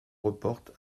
rapporte